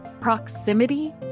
proximity